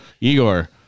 Igor